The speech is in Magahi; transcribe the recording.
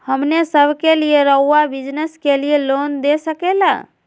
हमने सब के लिए रहुआ बिजनेस के लिए लोन दे सके ला?